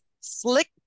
Slick